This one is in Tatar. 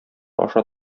аша